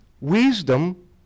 Wisdom